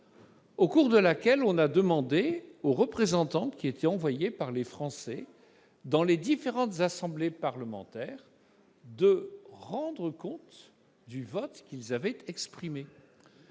au cours de laquelle il a été demandé aux représentants envoyés par les Français dans les différentes assemblées parlementaires de rendre compte des votes qu'ils avaient exprimés.